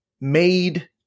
made